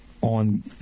on